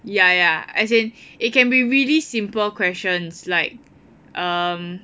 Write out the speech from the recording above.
ya ya as in it can be really simple questions like err